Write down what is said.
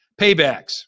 Paybacks